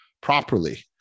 properly